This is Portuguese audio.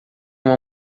uma